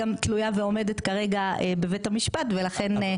גם תלויה ועומדת כרגע בבית המשפט ולכן.